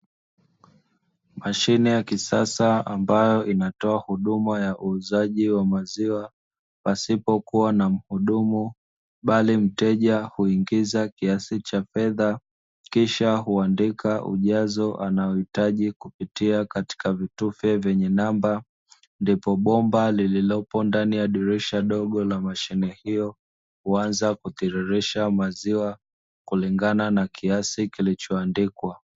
Mashine ya kisasa; ambayo inatoa huduma ya uuzaji wa maziwa pasipo kuwa na mhudumu, bali mteja huingiza kiasi cha fedha kisha huandika ujazo anaohitaji kupitia katika vitufe vyenye namba, ndipo bomba lililopo ndani ya dirisha dogo la mashine hiyo, huanza kutiririsha maziwa kulingana na kiasi kilichoandikwa.